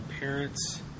parents